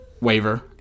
waiver